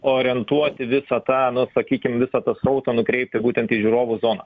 orientuoti visą tą nu sakykim visą tą srautą nukreipt būtent į žiūrovų zoną